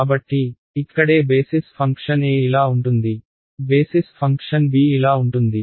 కాబట్టి ఇక్కడే basis function a ఇలా ఉంటుంది బేసిస్ ఫంక్షన్ b ఇలా ఉంటుంది